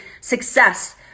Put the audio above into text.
success